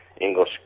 English